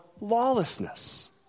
lawlessness